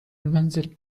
المنزل